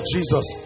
Jesus